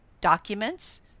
documents